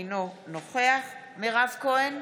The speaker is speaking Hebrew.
אינו נוכח מירב כהן,